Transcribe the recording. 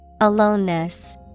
Aloneness